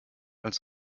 als